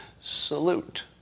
salute